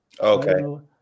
okay